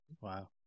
Wow